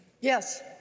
Yes